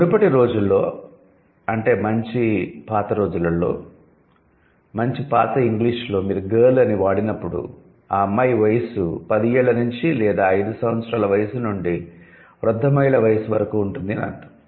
మునుపటి రోజుల్లో మంచి పాత రోజులలో మంచి పాత ఇంగ్లీషులో మీరు 'గర్ల్' అని వాడినప్పుడు ఆ అమ్మాయి వయస్సు 10 ఏళ్ళ నుంచి లేదా 5 సంవత్సరాల వయస్సు నుండి వృద్ధ మహిళ వయస్సు వరకు ఉంటుంది అని అర్ధం